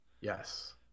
yes